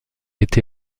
été